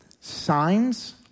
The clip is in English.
Signs